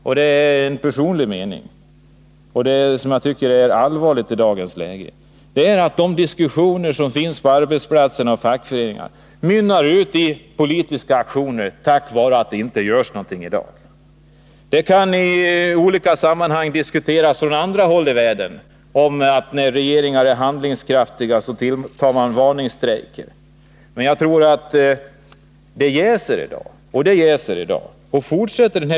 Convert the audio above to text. Och det skulle inte — vilket är allvarligt i dagens läge — förvåna mig om de diskussioner som förs på arbetsplatserna och i fackföreningarna till följd av att det inte görs någonting mynnar ut i politiska aktioner. Vi kan från andra håll i världen hämta exempel på att man tar till varningsstrejker när regeringarna inte är handlingskraftiga. Det jäser i dag på de svenska arbetsplatserna.